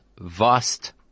vast